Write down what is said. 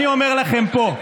ואני אומר לכם פה,